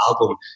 album